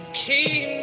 keep